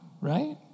right